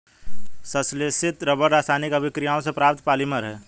संश्लेषित रबर रासायनिक अभिक्रियाओं से प्राप्त पॉलिमर है